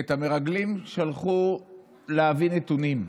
שאת המרגלים שלחו להביא נתונים,